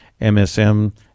MSM